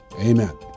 Amen